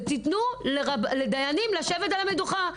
ותתנו לדיינים לשבת על המדוכה.